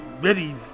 ready